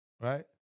Right